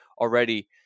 already